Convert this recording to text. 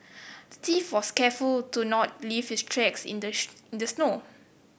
the thief was careful to not leave his tracks in in the snow